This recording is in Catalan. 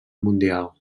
mundial